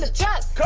ah checks,